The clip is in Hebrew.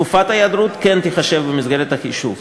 תקופת ההיעדרות כן תיחשב במסגרת החישוב.